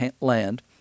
land